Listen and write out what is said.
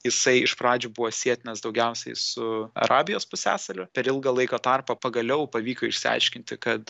jisai iš pradžių buvo sietinas daugiausiai su arabijos pusiasaliu per ilgą laiko tarpą pagaliau pavyko išsiaiškinti kad